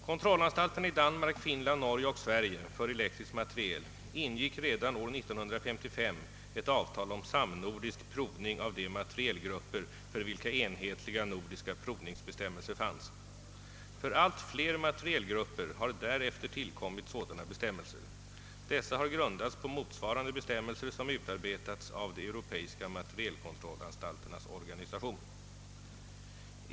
Kontrollanstalterna i Danmark, Finland, Norge och Sverige för elektrisk materiel ingick redan år 1955 ett avtal om samnordisk provning av de materielgrupper för vilka enhetliga nordiska provningsbestämmelser fanns. För allt fler materielgrupper har därefter tillkommit sådana bestämmelser. Dessa har grundats på motsvarande bestämmelser, som utarbetats av de europeiska materielkontrollanstalternas organisation.